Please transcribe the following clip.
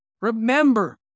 Remember